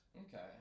Okay